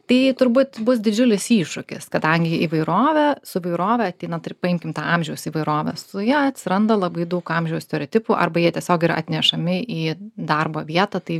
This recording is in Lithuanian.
tai turbūt bus didžiulis iššūkis kadangi įvairove su įvairove ateina tai ir paimkim amžiaus įvairovę su ja atsiranda labai daug amžiaus stereotipų arba jie tiesiog ir atnešami į darbo vietą tai